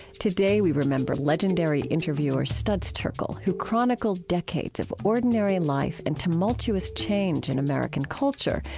today, we remember legendary interviewer studs terkel, who chronicled decades of ordinary life and tumultuous change in american culture,